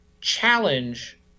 challenge